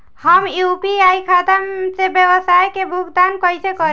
हम यू.पी.आई खाता से व्यावसाय के भुगतान कइसे करि?